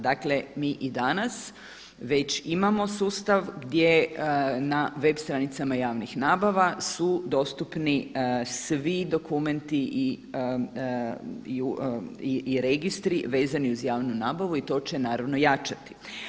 Dakle, mi i danas već imamo sustav gdje na web stranicama javnih nabava su dostupni svi dokumenti i registri vezani uz javnu nabavu i to će naravno jačati.